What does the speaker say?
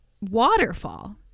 waterfall